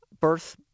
birth